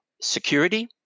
security